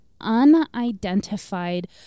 unidentified